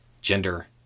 gender